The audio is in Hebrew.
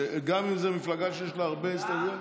גם אם זו מפלגה שיש לה הרבה הסתייגויות?